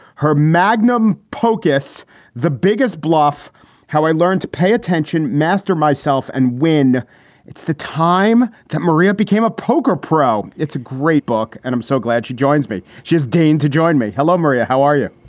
her magnum pocus the biggest bluff how i learned to pay attention, master myself and when it's the time that maria became a poker pro. it's a great book and i'm so glad she joins me. she's dean to join me. hello, maria. how are you?